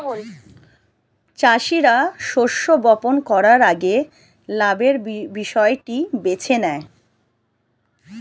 চাষীরা শস্য বপন করার আগে লাভের বিষয়টি বেছে নেয়